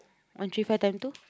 one three five time two